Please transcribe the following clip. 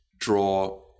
draw